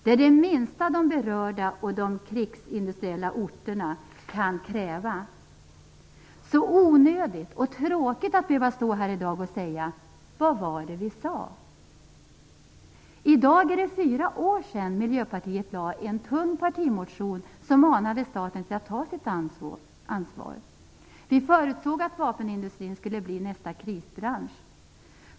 Det är det minsta som de berörda och de krigsindustriella orterna kan kräva. Så onödigt och tråkigt att behöva stå här i dag och säga: Vad var det vi sade! I dag är det fyra år sedan Miljöpartiet väckte en tunn partimotion där vi manade staten att ta sitt ansvar. Vi förutsåg att vapenindustrin skulle bli nästa krisbransch.